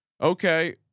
okay